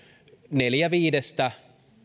neljä viidestä